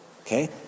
okay